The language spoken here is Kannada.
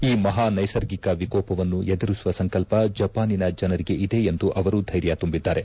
ಈ ಮಹಾ ನೈಸರ್ಗಿಕ ವಿಕೋಪವನ್ನು ಎದುರಿಸುವ ಸಂಕಲ್ಪ ಜಪಾನಿನ ಜನರಿಗೆ ಇದೆ ಎಂದು ಅವರು ಧೈರ್ಯ ತುಂಬಿದ್ದಾರೆ